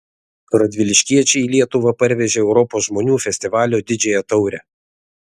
radviliškiečiai į lietuvą parvežė europos žmonių festivalio didžiąją taurę